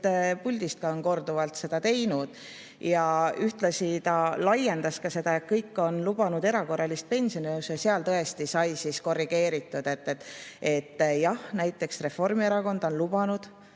puldist ka on korduvalt seda teinud. Ja ühtlasi ta laiendas ka seda, et kõik on lubanud erakorralist pensionitõusu. Seal tõesti sai siis korrigeeritud, et jah, näiteks Reformierakond on lubanud